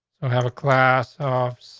so have a class off some